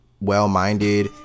well-minded